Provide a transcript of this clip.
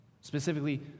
Specifically